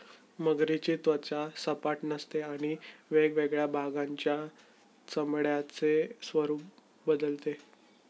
मगरीची त्वचा सपाट नसते आणि वेगवेगळ्या भागांच्या चामड्याचे स्वरूप बदलते